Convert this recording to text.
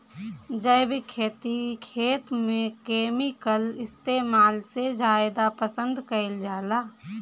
जैविक खेती खेत में केमिकल इस्तेमाल से ज्यादा पसंद कईल जाला